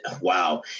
wow